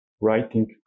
writing